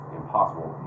impossible